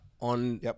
on